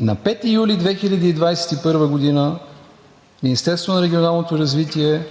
На 5 юли 2021 г. Министерството на регионалното развитие